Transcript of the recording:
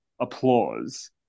applause